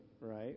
right